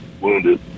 wounded